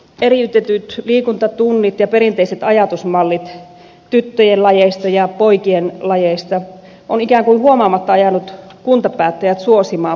eriytetyt liikuntatunnit ja perinteiset ajatusmallit tyttöjen lajeista ja poikien lajeista ovat ikään kuin huomaamatta ajaneet kuntapäättäjät suosimaan poikien liikuntaa